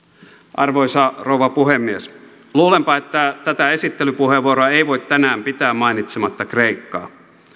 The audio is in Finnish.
arvoisa rouva puhemies luulenpa että tätä esittelypuheenvuoroa ei voi tänään käyttää mainitsematta kreikkaa